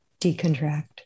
decontract